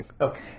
Okay